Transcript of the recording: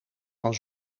van